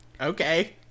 Okay